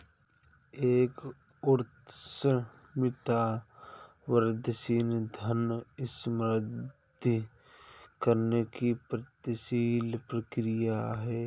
एक उद्यमिता वृद्धिशील धन सृजित करने की गतिशील प्रक्रिया है